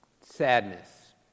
sadness